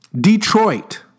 Detroit